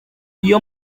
iyo